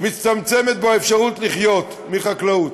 ומצטמצמת האפשרות לחיות מחקלאות.